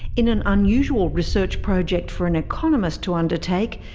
in an unusual research project for an economist to undertake,